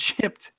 shipped